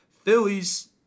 Phillies